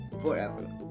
forever